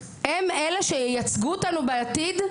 הם אלה שייצגו אותנו בעתיד,